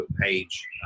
page